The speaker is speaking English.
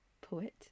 poet